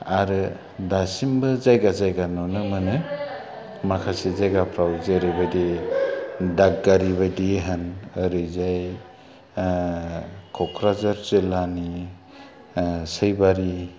आरो दासिमबो जायगा जायगा नुनो मोनो माखासे जायगाफ्राव जेरैबादि दादगारि बादि होन ओरैजाय क'क्राझार जिल्लानि सैबारि